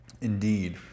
Indeed